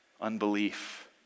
unbelief